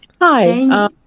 Hi